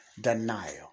denial